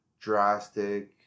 drastic